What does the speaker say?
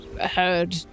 heard